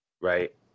right